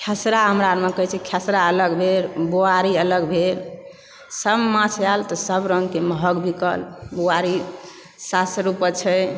खसरा हमरा आरमे कहय छै खसरा अलग भेल बोआरी अलग भेल सभ माछ आयल तऽ सभ रङ्गके महग बिकल बोआरी सात सए रुपैआ छै